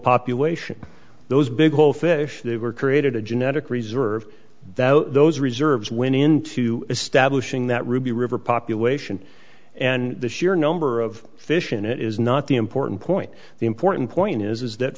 population those big hole fish they were created a genetic reserve that those reserves went into establishing that ruby river population and the sheer number of fish and it is not the important point the important point is that